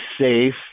safe